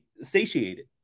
satiated